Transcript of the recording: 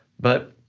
but